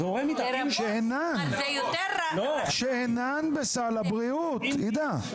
"שאינן בסל הבריאות", עאידה.